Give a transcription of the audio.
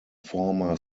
former